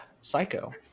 Psycho